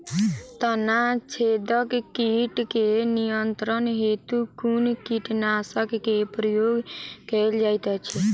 तना छेदक कीट केँ नियंत्रण हेतु कुन कीटनासक केँ प्रयोग कैल जाइत अछि?